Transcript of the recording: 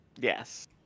Yes